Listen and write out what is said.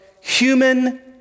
human